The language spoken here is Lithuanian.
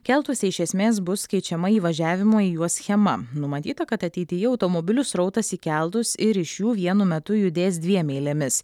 keltuose iš esmės bus keičiama įvažiavimo į juos schema numatyta kad ateityje automobilių srautas į keltus ir iš jų vienu metu judės dviem eilėmis